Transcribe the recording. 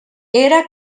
era